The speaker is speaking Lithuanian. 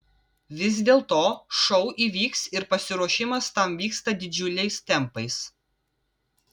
vis dėlto šou įvyks ir pasiruošimas tam vyksta didžiuliais tempais